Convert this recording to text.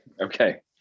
Okay